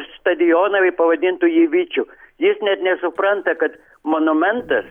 stadioną bei pavadintųxjį vyčiu jis net nesupranta kad monumentas